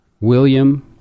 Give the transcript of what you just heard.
William